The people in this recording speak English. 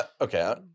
Okay